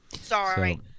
sorry